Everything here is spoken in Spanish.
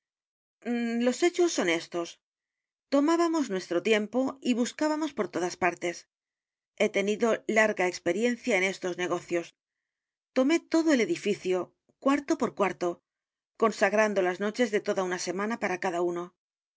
los hechos son éstos tomábamos nuestro tiempo y buscábamos por todas partes he tenido larga experiencia en estos negocios tomé todo el edificio cuarto por cuarto consagrando las noches de toda una semana para cada uno